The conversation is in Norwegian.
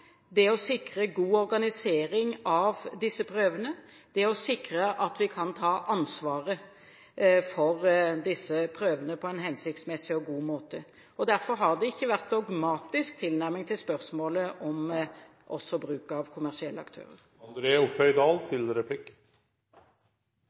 å sikre god organisering av prøvene og å sikre at vi kan ta ansvaret for disse prøvene på en hensiktsmessig og god måte – og derfor har det ikke vært en dogmatisk tilnærming til spørsmålet om bruk av kommersielle